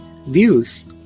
views